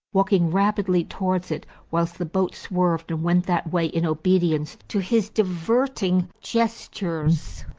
walking rapidly towards it whilst the boat swerved and went that way in obedience to his diverting gestures.